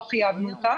לא חייבנו אותם.